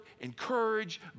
encourage